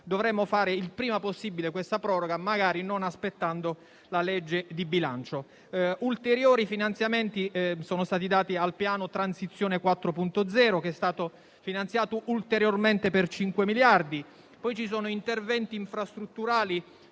dovremmo approvare il prima possibile questa proroga, magari non aspettando la legge di bilancio. Ulteriori finanziamenti sono stati destinati al piano Transizione 4.0, che è stato finanziato ulteriormente per 5 miliardi. Sono inoltre previsti interventi infrastrutturali,